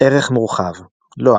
ערך מורחב – לוע